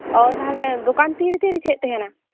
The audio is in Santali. ᱚ ᱛᱟᱦᱞᱮ ᱫᱚᱠᱟᱱ ᱛᱤᱨᱮ ᱛᱤᱨᱮ ᱡᱷᱤᱡ ᱛᱟᱦᱮᱸᱱᱟ